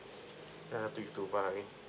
yeah to you too bye